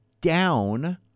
down